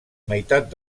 meitat